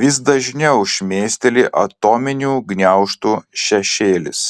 vis dažniau šmėsteli atominių gniaužtų šešėlis